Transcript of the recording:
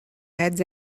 heads